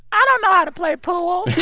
i don't know how to play pool.